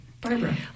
Barbara